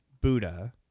Buddha